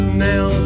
Now